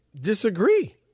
disagree